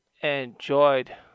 enjoyed